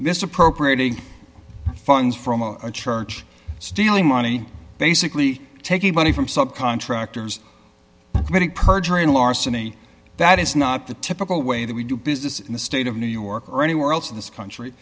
misappropriating funds from a church stealing money basically taking money from subcontractors committing perjury and larceny that is not the typical way that we do business in the state of new york or anywhere else in this country